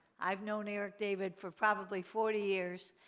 i've known eric david for probably forty years.